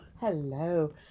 Hello